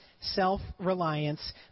Self-reliance